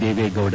Deve Gowda